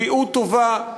בריאות טובה,